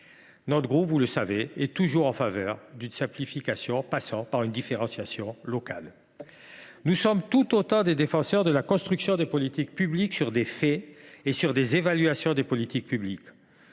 Notre groupe, vous le savez, est toujours en faveur d’une simplification passant par une différenciation locale. Nous sommes tout autant des défenseurs de la construction des politiques publiques sur des faits et des évaluations. Avant de discuter